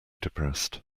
depressed